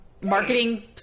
marketing